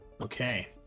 Okay